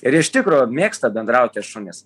ir iš tikro mėgsta bendraut tie šunys